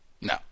no